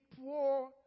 poor